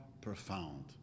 profound